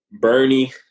Bernie